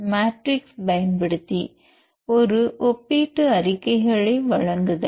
matrix பயன்படுத்தி ஒரு ஒப்பீட்டு அறிக்கைகளை வழங்குதல்